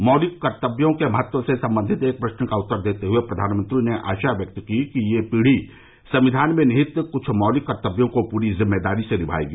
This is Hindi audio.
मौलिक कर्तव्यों के महत्व से संबंधित एक प्रश्न का उत्तर देते हुए प्रधानमंत्री ने आशा व्यक्त की कि यह पीढ़ी संविधान में निहित कुछ मौलिक कर्तव्यों को पूरी जिम्मेदारी से निभाएगी